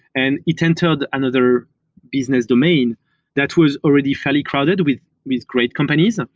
and it entered another business domain that was already fairly crowded with with great companies. um